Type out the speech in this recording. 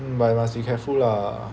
but you must be careful lah